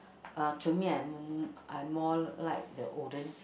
uh to me I'm m~ I'm more like the olden